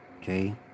Okay